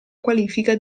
qualifica